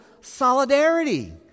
solidarity